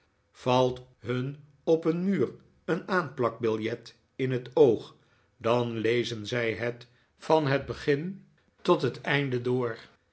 valt hun op een muur een aanplakbiljet in het oog dan lezen zij het van het begin tot het einde door